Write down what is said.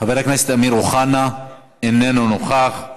חבר הכנסת אמיר אוחנה, אינו נוכח,